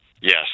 Yes